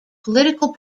political